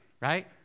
Right